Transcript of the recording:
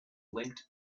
linked